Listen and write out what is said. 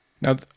Now